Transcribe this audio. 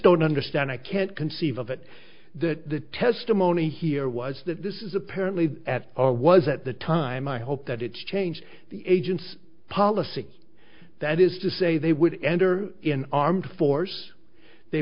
don't understand i can't conceive of it that the testimony here was that this is apparently at all was at the time i hope that it's changed the agents policy that is to say they would enter in armed force they